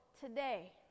today